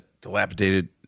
dilapidated